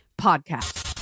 Podcast